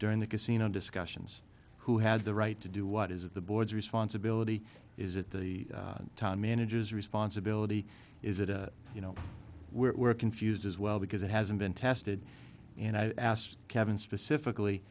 during the casino discussions who had the right to do what is the board's responsibility is it the time managers responsibility is it a you know we're confused as well because it hasn't been tested and i've asked kevin specifically